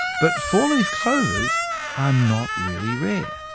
but four-leaf clovers are not really rare.